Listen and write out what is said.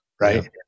right